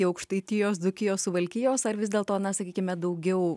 į aukštaitijos dzūkijos suvalkijos ar vis dėlto na sakykime daugiau